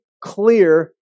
clear